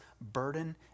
burden